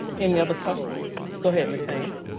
any other questions? go ahead, ms. haynes.